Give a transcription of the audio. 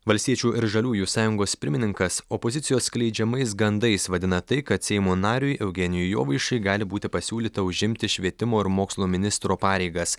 valstiečių ir žaliųjų sąjungos pirmininkas opozicijos skleidžiamais gandais vadina tai kad seimo nariui eugenijui jovaišai gali būti pasiūlyta užimti švietimo ir mokslo ministro pareigas